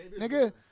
Nigga